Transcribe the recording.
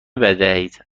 بدهید